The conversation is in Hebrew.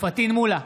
פטין מולא,